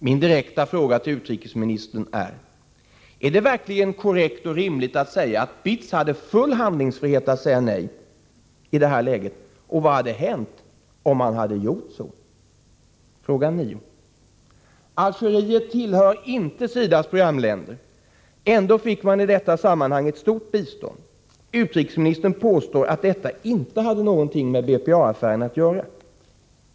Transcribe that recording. Min direkta fråga till utrikesministern är: Är det verkligen korrekt och rimligt att säga att BITS hade full handlingsfrihet att säga nej i detta läge, och vad hade hänt om man hade gjort så? Nr 29 Fråga 9: Algeriet tillhör inte SIDA:s programländer. Ändå fick mani detta Fredagen den sammanhang ett stort bistånd. Utrikesministern påstår att detta inte hade 16 november 1984 någonting med BPA-affären att göra.